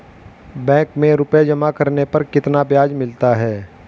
Bank में रुपये जमा करने पर कितना ब्याज मिलता है?